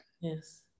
Yes